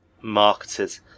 marketed